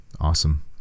awesome